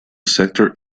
sector